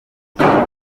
sida